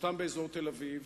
שלושתם באזור תל-אביב,